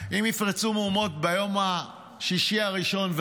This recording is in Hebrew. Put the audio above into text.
אם יפרצו מהומות ביום השישי הראשון,